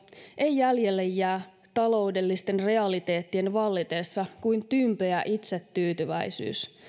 ei jäljelle jää taloudellisten realiteettien vallitessa kuin tympeä itsetyytyväisyys